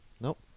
nope